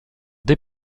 des